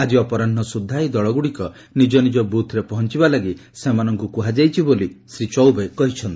ଆଜି ଅପରାହୁ ସୁଦ୍ଧା ଏହି ଦଳଗୁଡ଼ିକ ନିଜ ନିଜ ବୁଥ୍ରେ ପହଞ୍ଚବା ଲାଗି ସେମାନଙ୍କୁ କୁହାଯାଇଛି ବୋଲି ଶ୍ରୀ ଚୌବେ କହିଚ୍ଛନ୍ତି